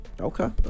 Okay